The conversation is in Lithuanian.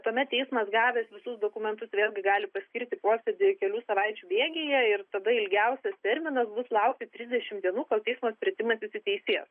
tuomet teismas gavęs visus dokumentus vėlgi gali paskirti posėdį kelių savaičių bėgyje ir tada ilgiausias terminas bus laukti trisdešimt dienų kol teismo sprendimas įsiteisės